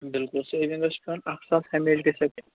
بِلکُل سیٚوِنٛگَس چھِ پیٚوان اَکھ ساس ہمیشہ